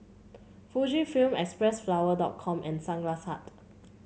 Fujifilm Xpressflower dot com and Sunglass Hut